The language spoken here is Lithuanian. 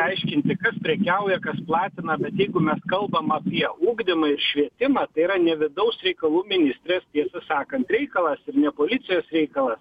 aiškinti kas prekiauja kas platina bet jeigu mes kalbam apie ugdymą ir švietimą tai yra ne vidaus reikalų ministrės tiesą sakant reikalas ne policijos reikalas